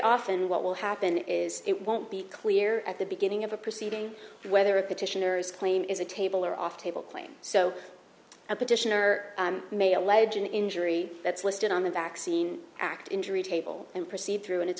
often what will happen is it won't be clear at the beginning of a proceeding whether a petitioners claim is a table or off table claim so a petitioner may allege an injury that's listed on the vaccine act injury table and proceed through and it's